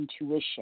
intuition